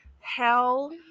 Hell